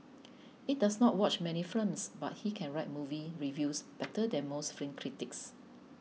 he does not watch many films but he can write movie reviews better than most film critics